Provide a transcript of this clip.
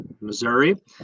Missouri